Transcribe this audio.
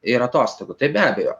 ir atostogų tai be abejo